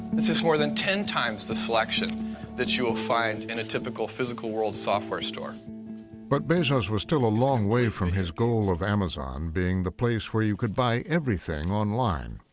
this is more than ten times the selection that you will find in a typical, physical world software store. narrator but bezos was still a long way from his goal of amazon being the place where you could buy everything online.